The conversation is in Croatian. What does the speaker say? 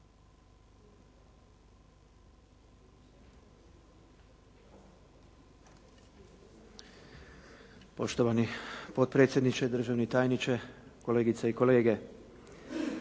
Poštovani gospodine predsjedniče, gospodine tajniče, kolegice i kolege.